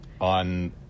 on